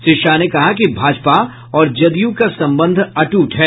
श्री शाह ने कहा कि भाजपा और जदयू का संबंध अट्ट है